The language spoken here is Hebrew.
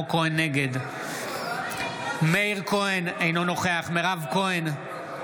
נגד מאיר כהן, אינו נוכח מירב כהן,